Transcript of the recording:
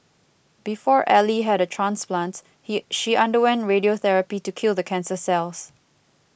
before Ally had a transplant he she underwent radiotherapy to kill the cancer cells